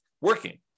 working